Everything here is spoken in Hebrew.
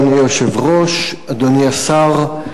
אדוני היושב-ראש, אדוני השר,